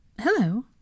Hello